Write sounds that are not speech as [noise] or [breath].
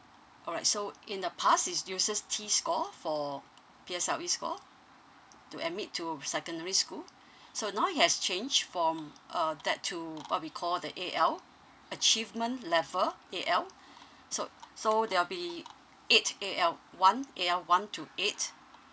alright so in the past is uses T score for P_S_L_E score to admit to secondary school so now it has changed from uh that to what we call the A_L achievement level A_L [breath] so so there'll be eight A_L one A_L one to eight